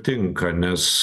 tinka nes